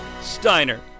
Steiner